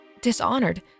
Dishonored